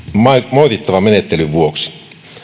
moitittavan menettelyn vuoksi